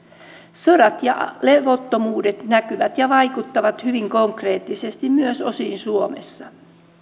sodat ja levottomuudet näkyvät ja vaikuttavat hyvin konkreettisesti myös osin suomessa